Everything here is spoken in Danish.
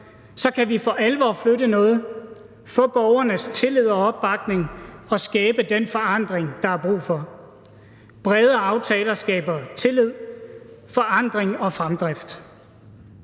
så kan vi for alvor flytte noget, få borgernes tillid og opbakning og skabe den forandring, der er brug for. Brede aftaler skaber tillid, forandring og fremdrift.